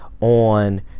on